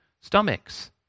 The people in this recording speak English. stomachs